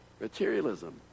Materialism